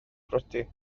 briodi